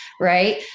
right